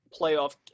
playoff